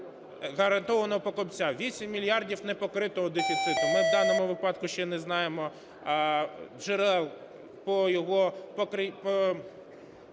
гарантованого покупця, 8 мільярдів не покритого дефіциту. Ми в даному випадку ще не знаємо джерел по його